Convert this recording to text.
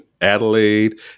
Adelaide